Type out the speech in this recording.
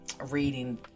reading